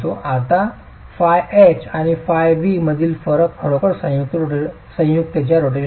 आता φh आणि φv मधील फरक खरोखरच संयुक्त च्या रोटेशनचा आहे